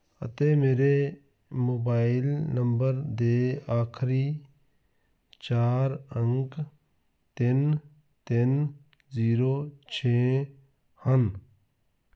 ਅਤੇ ਮੇਰੇ mobile number ਦੇ ਆਖਰੀ ਚਾਰ ਅੰਕ ਤਿੰਨ ਤਿੰਨ ਜੀਰੋ ਛੇ ਹਨ